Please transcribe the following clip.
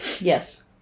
Yes